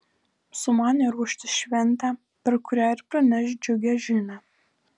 sumanė ruošti šventę per kurią ir praneš džiugią žinią